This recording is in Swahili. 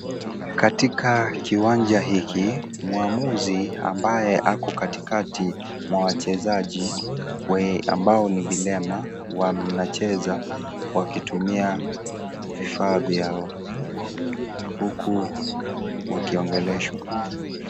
Katika kiwanja hiki, mwamuzi, ambaye ako katikati mwa wachezaji ,we ambao ni vilema, wana cheza, wakitumia vifaa vyao huku wakiongeleshwa.